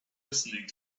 listening